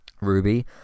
Ruby